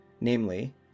Namely